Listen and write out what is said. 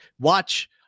watch